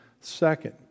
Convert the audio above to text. second